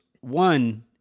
One